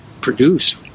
produce